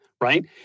right